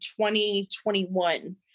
2021